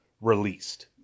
released